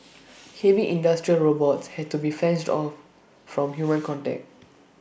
heavy industrial robots had to be fenced off from human contact